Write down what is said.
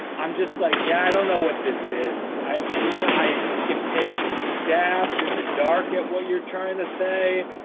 i'm just like, yeah, i don't know what this is. i mean, i can take stabs in the dark at what you're trying to say,